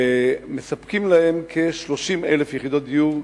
ומספקים להם כ-32,000 יחידות דיור.